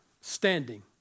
standing